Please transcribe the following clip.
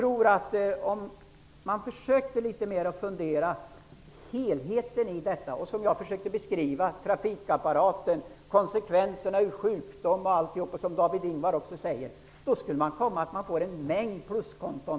Om man försökte att litet mera fundera på helheten, som jag försökte och beskrev trafikapparaten, konsekvenserna vid sjukdom och annat som även David Ingvar talar om, skulle man nog komma fram till en mängd pluskonton.